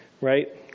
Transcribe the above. right